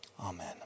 Amen